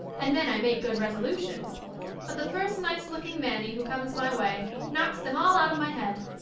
and then i make good resolutions but the first nice-looking mannie who comes my way knocks them all out of my head.